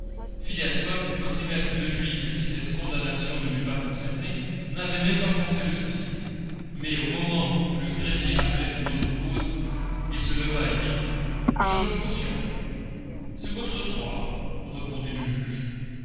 phileas fogg aussi maître de lui que si cette condamnation ne l'eût pas concerné n'avait pas même froncé le sourcil mais au moment où le greffier appelait une autre cause il se leva et dit j'offre caution c'est votre droit répondit le juge